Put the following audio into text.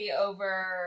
over